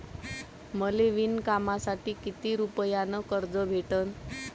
मले विणकामासाठी किती रुपयानं कर्ज भेटन?